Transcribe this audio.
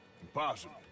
Impossible